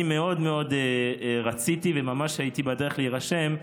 אני מאוד מאוד רציתי וממש הייתי בדרך להירשם,